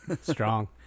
Strong